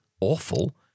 awful